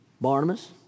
Barnabas